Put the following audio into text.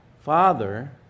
Father